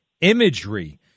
imagery